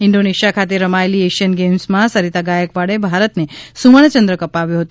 Indonesia ખાતે રમાયેલી Asian ગેમ્સમાં સરિતા ગાયકવાડે ભારતને સુવર્ણ ચંદ્રક અપાવ્યો હતો